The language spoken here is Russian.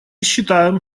считаем